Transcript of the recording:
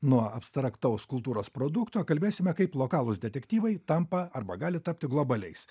nuo abstraktaus kultūros produkto kalbėsime kaip lokalūs detektyvai tampa arba gali tapti globaliais